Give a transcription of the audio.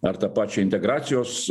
ar tą pačią integracijos